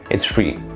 it's free.